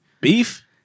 beef